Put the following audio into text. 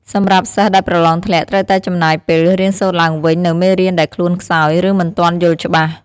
សម្រាប់សិស្សដែលប្រឡងធ្លាក់ ត្រូវតែចំណាយពេល រៀនសូត្រឡើងវិញនូវមេរៀនដែលខ្លួនខ្សោយ ឬមិនទាន់យល់ច្បាស់។